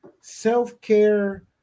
self-care